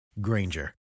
Granger